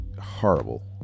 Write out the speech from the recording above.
horrible